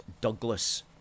Douglas